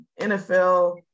NFL